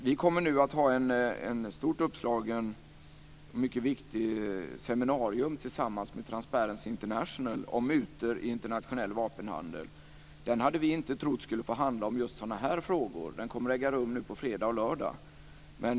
Vi kommer nu att ha ett stort uppslaget och mycket viktigt seminarium tillsammans med Transparency Vi hade inte trott att konferensen skulle handla om just sådana här frågor. Den kommer att äga rum nu på fredag och lördag.